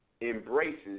embraces